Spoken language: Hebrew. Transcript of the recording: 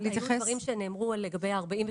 לגבי ה-47.5%,